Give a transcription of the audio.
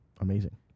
amazing